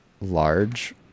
large